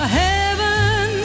heaven